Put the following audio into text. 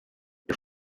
iyo